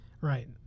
Right